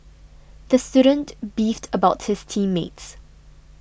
the student beefed about his team mates